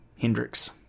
Hendrix